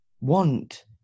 want